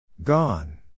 Gone